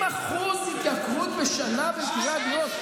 20% התייקרות בשנה במחירי הדירות.